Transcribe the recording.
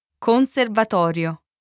Conservatorio